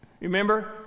remember